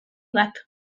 bat